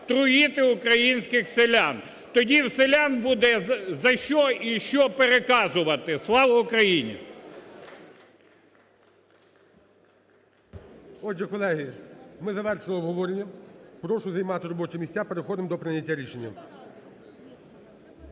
труїти українських селян, тоді у селян буде за що і що переказувати. Слава Україні! ГОЛОВУЮЧИЙ. Отже, колеги, ми завершили обговорення. Прошу займати робочі місця переходимо до прийняття рішення.